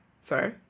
sorry